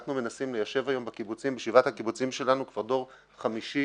אנחנו מנסים ליישב היום בשבעת הקיבוצים שלנו כבר דור חמישי